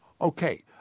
Okay